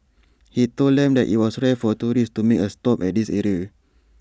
he told them that IT was rare for tourists to make A stop at this area